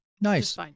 Nice